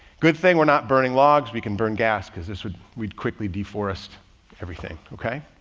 good thing we're not burning logs. we can burn gas cause this would, we'd quickly deforest everything. okay.